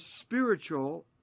spiritual